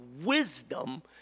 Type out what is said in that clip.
wisdom